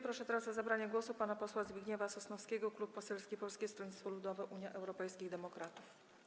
Proszę teraz o zabranie głosu pana posła Zbigniewa Sosnowskiego, Klub Poselski Polskiego Stronnictwa Ludowego - Unii Europejskich Demokratów.